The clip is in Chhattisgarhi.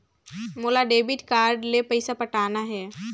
मोला डेबिट कारड ले पइसा पटाना हे?